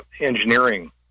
engineering